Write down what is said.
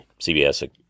CBS